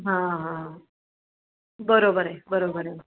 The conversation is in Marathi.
हां हां बरोबर आहे बरोबर आहे